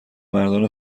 مردان